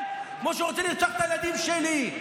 כמו שהוא רוצה לרצוח את הילדים שלי.